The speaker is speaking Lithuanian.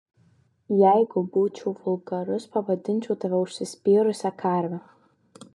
jeigu būčiau vulgarus pavadinčiau tave užsispyrusia karve